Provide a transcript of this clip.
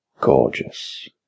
gorgeous